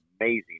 amazing